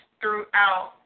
throughout